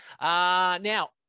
now